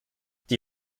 die